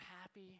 happy